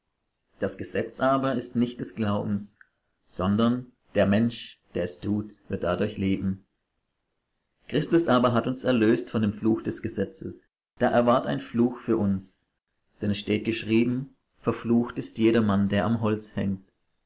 das gesetz aber ist nicht des glaubens sondern der mensch der es tut wird dadurch leben christus aber hat uns erlöst von dem fluch des gesetzes da er ward ein fluch für uns denn es steht geschrieben verflucht ist jedermann der am holz hängt